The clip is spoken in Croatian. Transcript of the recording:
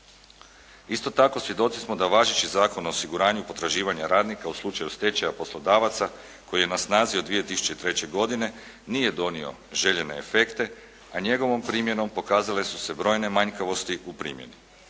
Isto tako, svjedoci smo da važeći Zakon o osiguranju potraživanja radnika u slučaju stečaja poslodavaca koji je na snazi od 2003. godine nije donio željene efekte, a njegovom primjenom pokazale su se brojne manjkavosti u primjeni.